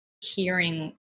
hearing